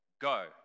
go